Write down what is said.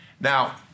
Now